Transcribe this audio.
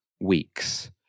weeks